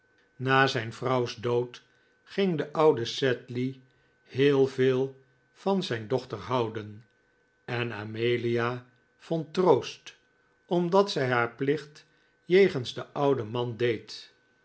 na zijn vrouws dood ging de oude sedley heel veel van zijn dochter houden en amelia vond troost omdat zij haar plicht jegens den ouden man deed